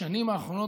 בשנים האחרונות,